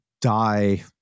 die